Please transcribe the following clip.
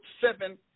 seven